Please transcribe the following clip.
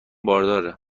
بارداره